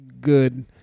good